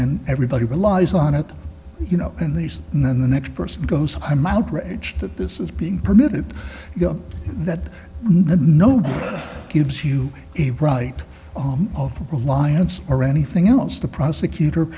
then everybody relies on it you know and they say and then the next person goes i'm outraged that this is being permitted you know that no one gives you a right of reliance or anything else the prosecutor